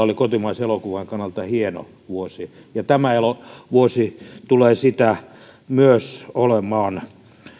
oli kotimaisen elokuvan kannalta hieno vuosi ja tämä vuosi tulee sitä myös olemaan